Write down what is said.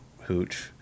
Hooch